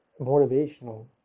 motivational